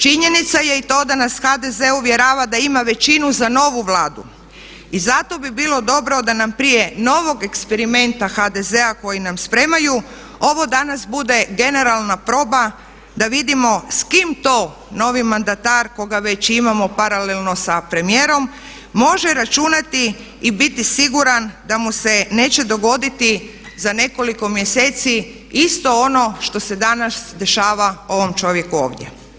Činjenica je i to da nas HDZ uvjerava da ima većinu za novu Vladu i zato bi bilo dobro da nam prije novog eksperimenta HDZ-a koji nam spremaju ovo danas bude generalna proba da vidimo s kim to novi mandatar koga već imamo paralelno s premijerom može računati i biti siguran da mu se neće dogoditi za nekoliko mjeseci isto ono što se danas dešava ovom čovjeku ovdje.